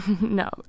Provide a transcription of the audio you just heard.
No